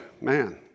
man